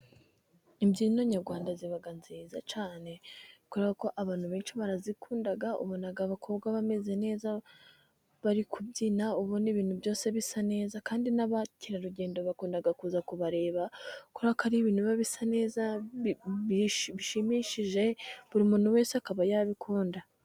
Imbyino nyarwanda ziba ari nziza cyane kubera ko abantu benshi barazikunda. Ubona abakobwa bameze neza bari kubyina . Ubona ibintu byose bisa neza, kandi n'abakerarugendo bakunda kuza kubareba kuko ari ibintu biba bisa neza ,bishimishije, buri muntu wese akaba yabikunda.